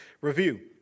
review